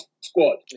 squad